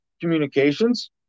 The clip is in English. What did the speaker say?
communications